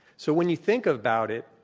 so when you think about it,